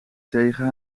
tegen